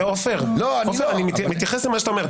עופר, אני מתייחס למה שאתה אומר.